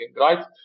right